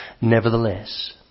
Nevertheless